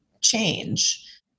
change